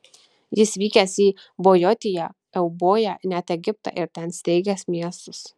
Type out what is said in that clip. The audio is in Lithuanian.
jis vykęs į bojotiją euboją net egiptą ir ten steigęs miestus